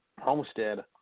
Homestead